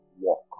walk